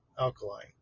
alkaline